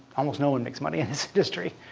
almost no one makes money in this industry.